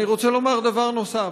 ואני רוצה לומר דבר נוסף: